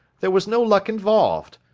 there was no luck involved.